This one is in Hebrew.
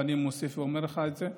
ואני מוסיף ואומר לך את זה.